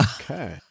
okay